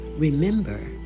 Remember